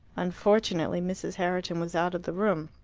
unfortunately mrs. herriton was out of the room.